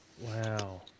wow